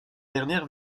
dernière